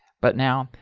but now,